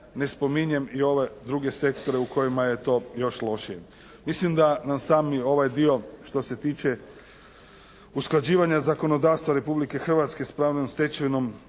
ne spominjem i ove druge sektore u kojima je to još lošije. Mislim da na sami ovaj dio što se tiče usklađivanja zakonodavstva Republike Hrvatske s pravnom stečevinom